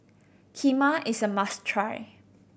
kheema is a must try